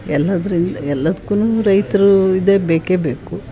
ಎಲ್ಲದ್ರಿಂದ ಎಲ್ಲದ್ಕು ರೈತರು ಇದೇ ಬೇಕೇಬೇಕು